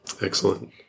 Excellent